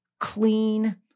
clean